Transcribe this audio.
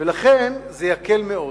לכן, זה יקל מאוד.